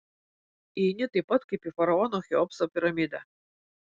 įeini taip pat kaip į faraono cheopso piramidę